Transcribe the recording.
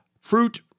Fruit